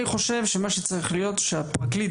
אני חושב שמה שצריך להיות זה שהפרקליט,